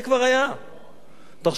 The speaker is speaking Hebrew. תסתכל מה הפיגוע הבא,